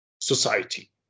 society